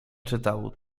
czytał